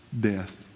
death